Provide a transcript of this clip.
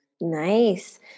Nice